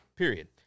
Period